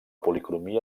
policromia